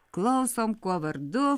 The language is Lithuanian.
klausom kuo vardu